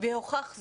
וזה הוכח.